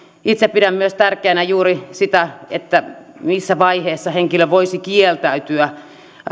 itse pidän myös tärkeänä juuri sitä että missä vaiheessa henkilö voisi kieltäytyä